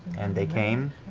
and they came,